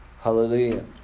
Hallelujah